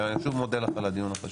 שוב מודה לך על הדיון החשוב.